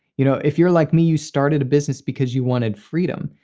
you know if you're like me, you started a business because you wanted freedom.